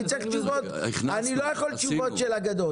אני לא יכול תשובות של אגדות.